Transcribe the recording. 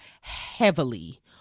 heavily